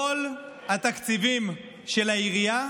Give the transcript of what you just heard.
כל התקציבים של העירייה,